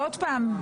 עוד פעם,